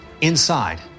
Inside